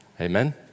Amen